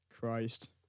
Christ